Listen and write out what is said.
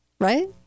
Right